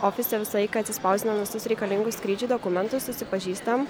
ofise visą laiką atsispausdinam visus reikalingus skrydžiui dokumentus susipažįstam